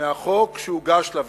מהחוק שהוגש לוועדה,